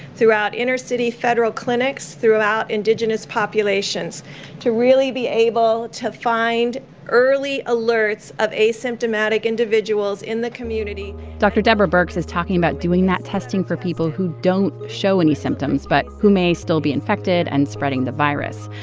throughout inner-city federal clinics, throughout indigenous populations to really be able to find early alerts of asymptomatic individuals in the community dr. deborah birx is talking about doing that testing for people who don't show any symptoms but who may still be infected and spreading the virus.